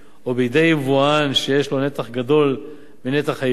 או בידי יבואן שיש לו נתח גדול מנתח היבוא.